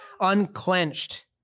unclenched